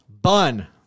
Bun